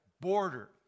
border